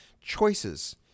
Choices